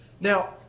Now